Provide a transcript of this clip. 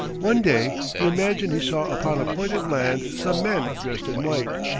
one day, he imagined he saw upon a point of land some men dressed in white,